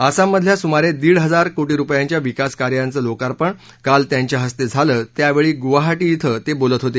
आसाममधल्या सुमारे दीड हजार कोटी रुपयांच्या विकासकार्यांचं लोकार्पण काल त्यांच्या हस्ते झालं त्यावेळी ते गुवाहाटी इथं बोलत होते